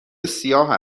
سیاه